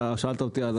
תוך